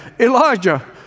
Elijah